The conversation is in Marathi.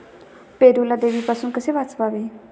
पेरूला देवीपासून कसे वाचवावे?